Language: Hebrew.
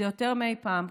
זה יותר מאי פעם.